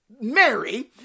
Mary